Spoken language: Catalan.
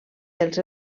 dels